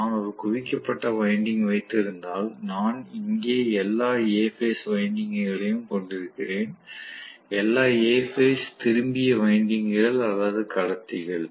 நான் ஒரு குவிக்கப்பட்ட வைண்டிங் வைத்திருந்தால் நான் இங்கே எல்லா A பேஸ் வைண்டிங்க்குகளையும் கொண்டிருக்கிறேன் எல்லா A பேஸ் திரும்பிய வைண்டிங்க்குகள் அல்லது கடத்திகள்